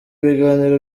biganiro